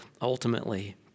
ultimately